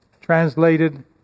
translated